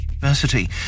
diversity